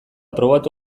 probatu